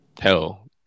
hell